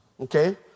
okay